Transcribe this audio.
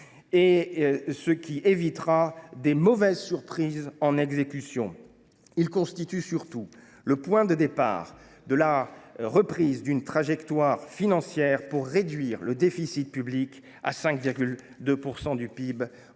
ce qui évitera de mauvaises surprises en exécution. Il constitue surtout le point de départ de la reprise d’une trajectoire financière destinée à réduire le déficit public à 5,2 % du PIB